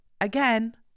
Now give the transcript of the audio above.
Again